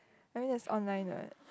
I mean that's online what